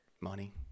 money